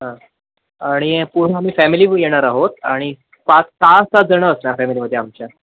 हां आणि पूर्ण आम्ही फॅमिली येणार आहोत आणि पाच सहा सातजण असणार फॅमिलीमध्ये आमच्या